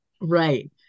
Right